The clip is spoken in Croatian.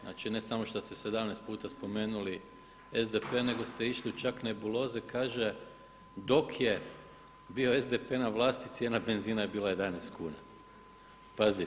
Znači ne samo što ste 17 puta spomenuli SDP-e nego ste išli čak i u nebuloze, kaže: „Dok je bio SDP-e na vlasti cijena benzina je bila 11 kuna.“ Pazi!